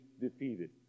defeated